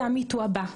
זה ה-me too הבא.